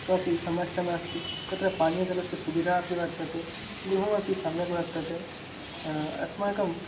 कापि समस्या नास्ति तत्र पानीयजलस्य सुविधा अपि वर्तते गृहम् अपि सम्यक् वर्तते आस्माकं